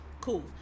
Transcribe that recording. Cool